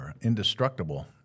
indestructible